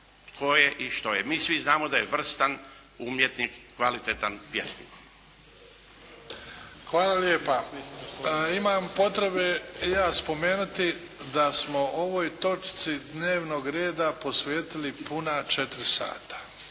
je i što je. Mi svi znamo da je vrstan umjetnik, kvalitetan pjesnik. **Bebić, Luka (HDZ)** Hvala lijepa. Imam potrebe i ja spomenuti da smo o ovoj točci dnevnog reda posvetili puta četiri sata.